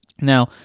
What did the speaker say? Now